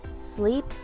sleep